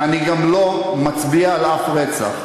ואני גם לא מצביע על אף רצח,